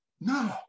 No